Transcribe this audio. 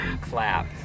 Clap